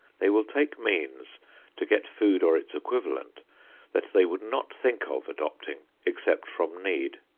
they will take means to get food or its equivalent that they would not think of adopting except from need.